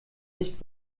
nicht